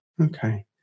Okay